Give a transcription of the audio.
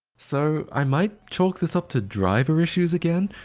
so i might chalk this up to driver issues again?